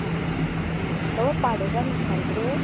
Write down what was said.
आं बाबा पाडेकार विशांत रे